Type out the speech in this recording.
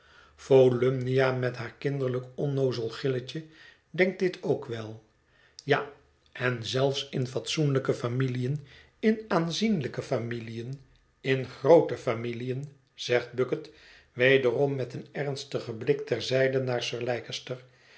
volumnia met haar kinderlijk onnoozel gilletje denkt dit ook wel ja en zelfs in fatsoenlijke familiën in aanzienlijke familiën in groote familiën zegt bucket wederom met een ernstigen blik ter zijde naar sir